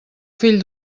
fill